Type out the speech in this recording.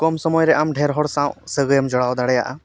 ᱠᱚᱢ ᱥᱚᱢᱚᱭᱨᱮ ᱟᱢ ᱰᱷᱮᱨ ᱦᱚᱲ ᱥᱟᱶ ᱥᱟᱹᱜᱟᱹᱭᱮᱢ ᱡᱚᱲᱟᱣ ᱫᱟᱲᱮᱭᱟᱜᱼᱟ